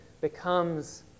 becomes